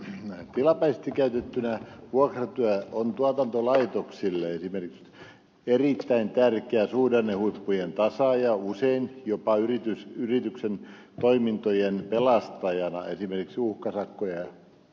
tilapäisesti käytettynä vuokratyö on tuotantolaitoksille esimerkiksi erittäin tärkeä suhdannehuippujen tasaaja usein jopa yrityksen toimintojen pelastaja esimerkiksi uhkasakkojen ollessa kyseessä